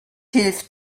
hilf